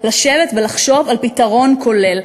לשבת ולחשוב על פתרון כולל.